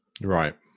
Right